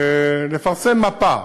לפרסם מפה